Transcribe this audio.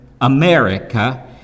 America